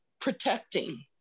protecting